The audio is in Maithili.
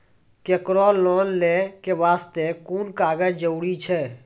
केकरो लोन लै के बास्ते कुन कागज जरूरी छै?